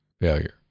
failure